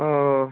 ও